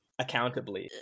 accountably